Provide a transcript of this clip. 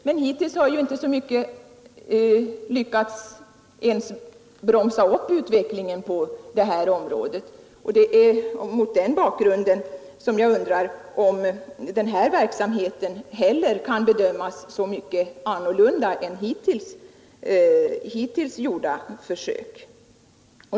Men hittills har man ju inte ens lyckats bromsa upp utvecklingen på 210 detta område, och det är mot den bakgrunden jag undrar om den här verksamheten kan bedömas som mycket annorlunda än hittills gjorda försök.